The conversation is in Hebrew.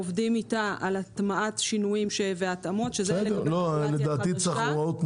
עובדים איתה על הטמעת שינויים והתאמות --- לדעתי צריך הוראות נוהל.